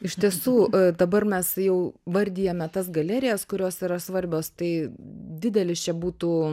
iš tiesų dabar mes jau vardijame tas galerijas kurios yra svarbios tai didelis čia būtų